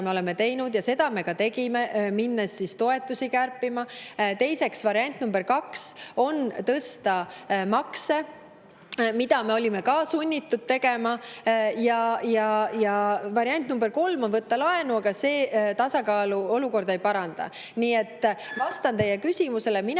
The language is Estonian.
me oleme teinud, ja seda me ka tegime, minnes toetusi kärpima. Variant number kaks on tõsta makse, mida me olime ka sunnitud tegema. Ja variant number kolm on võtta laenu, aga see tasakaalu olukorda ei paranda. Nii et vastan teie küsimusele: mina